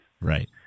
Right